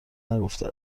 نگفته